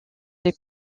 les